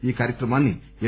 ఈ కార్యక్రమాన్ని ఎఫ్